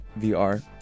VR